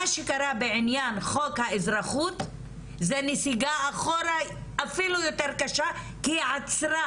מה שקרה בענין חוק האזרחות זה נסיגה אחורה אפילו יותר קשה כי היא עצרה